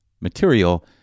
material